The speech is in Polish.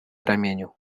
ramieniu